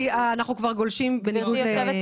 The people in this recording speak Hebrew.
כי אנחנו כבר גולשים למליאה.